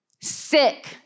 Sick